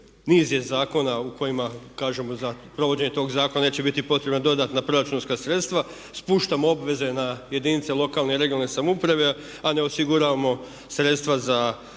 niz je zakona u kojima kažemo za provođenje tog zakona neće biti potrebna dodatna proračunska sredstva. Spuštamo obveze na jedinice lokalne i regionalne samouprave a ne osiguravamo sredstva za